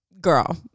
girl